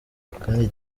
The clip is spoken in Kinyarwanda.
kandi